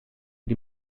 die